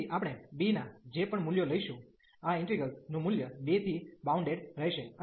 તેથી આપણે b નાં જે પણ મૂલ્યો લઈશું આ ઇન્ટિગ્રેલ્સ નું મૂલ્ય 2 થી બાઉન્ડેડ રહેશે